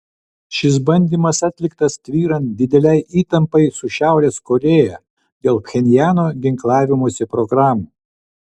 šis bandymas atliktas tvyrant didelei įtampai su šiaurės korėja dėl pchenjano ginklavimosi programų